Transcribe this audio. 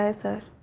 ah sir,